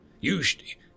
Usually